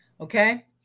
Okay